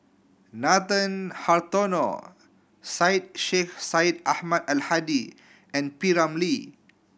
Nathan Hartono Syed Sheikh Syed Ahmad Al Hadi and P Ramlee